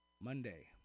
Monday